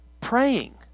praying